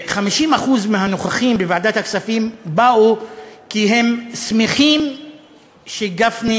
50% מהנוכחים בוועדת הכספים באו כי הם שמחים שגפני